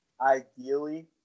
ideally